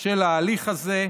של ההליך הזה.